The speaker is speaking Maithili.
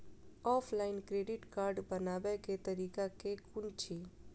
ऑफलाइन क्रेडिट कार्ड बनाबै केँ तरीका केँ कुन अछि?